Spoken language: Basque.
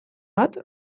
bat